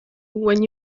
when